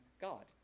God